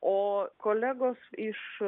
o kolegos iš